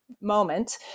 moment